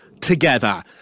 together